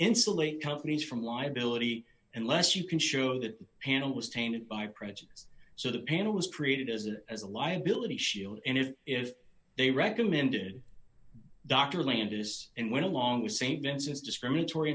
insulate companies from liability unless you can show that the panel was tainted by prejudice so the panel was created as a as a liability shield and if they recommended dr landis and went along st vincent's discriminatory